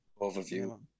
overview